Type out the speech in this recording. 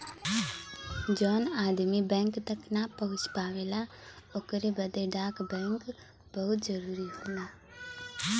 जौन आदमी बैंक तक ना पहुंच पावला ओकरे बदे डाक बैंक बहुत जरूरी होला